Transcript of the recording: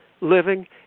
living